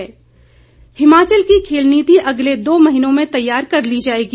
badminton Himachal की खेल नीति अगले दो महीनों में तैयार कर ली जाएगी